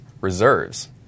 reserves